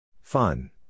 Fun